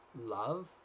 love